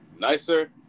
nicer